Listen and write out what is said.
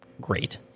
great